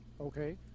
Okay